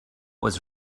was